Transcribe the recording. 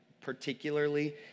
particularly